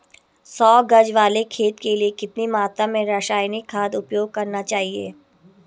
सौ गज वाले खेत के लिए कितनी मात्रा में रासायनिक खाद उपयोग करना चाहिए?